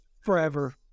forever